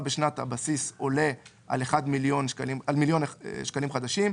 בשנת הבסיס עולה על מיליון שקלים חדשים,